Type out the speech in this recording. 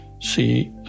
see